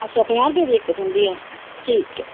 अच्छा पजां रपये दी इक थ्होंदी ऐ ठीक ऐ